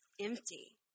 empty